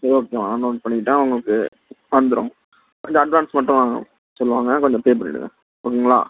சரி ஓகேம்மா நோட் பண்ணிக்கிட்டேன் உங்களுக்கு வந்துடும் அந்த அட்வான்ஸ் மட்டும் சொல்வாங்கள் கொஞ்சம் பே பண்ணிடுங்க ஓகேங்களா